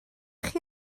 chi